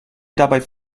dabei